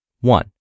One